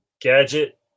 Gadget